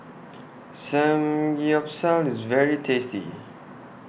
Samgyeopsal IS very tasty